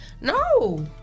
No